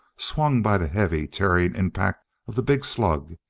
swung by the heavy, tearing impact of the big slug,